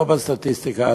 לא בסטטיסטיקה,